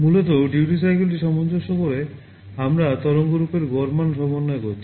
মূলত duty cycle dt বলি